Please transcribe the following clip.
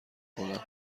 کنم